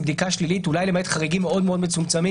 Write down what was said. בדיקה שלילית אולי למעט חריגים מאוד מצומצמים,